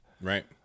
Right